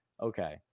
Okay